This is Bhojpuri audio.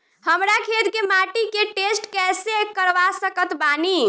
हमरा खेत के माटी के टेस्ट कैसे करवा सकत बानी?